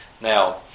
Now